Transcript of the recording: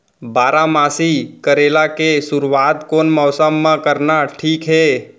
बारामासी करेला के शुरुवात कोन मौसम मा करना ठीक हे?